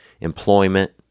Employment